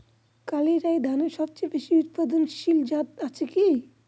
কালিরাই ধানের সবচেয়ে বেশি উৎপাদনশীল জাত আছে কি?